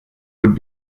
would